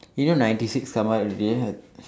you know ninety six come out already